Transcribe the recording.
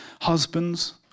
Husbands